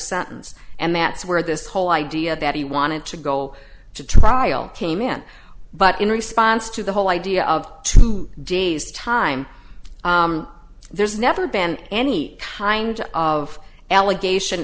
sentence and that's where this whole idea that he wanted to go to trial came in but in response to the whole idea of two days time there's never been any kind of allegation